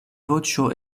voĉo